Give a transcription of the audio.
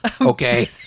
okay